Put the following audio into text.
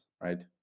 right